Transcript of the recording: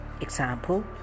Example